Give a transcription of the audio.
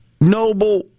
noble